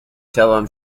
شوم